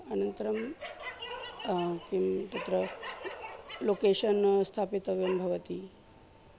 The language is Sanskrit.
अनन्तरं किं तत्र लोकेशन् स्थापितव्यं भवति